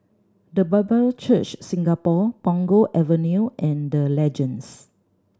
The Bible Church Singapore Punggol Avenue and The Legends